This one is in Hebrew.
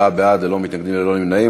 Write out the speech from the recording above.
24 בעד, ללא מתנגדים וללא נמנעים.